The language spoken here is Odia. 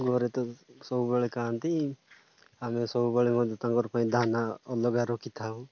ଘରେ ତ ସବୁବେଳେ ଖାଆନ୍ତି ଆମେ ସବୁବେଳେ ମଧ୍ୟ ତାଙ୍କର ପାଇଁ ଦାନା ଅଲଗା ରଖିଥାଉ